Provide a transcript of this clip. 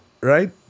Right